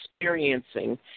experiencing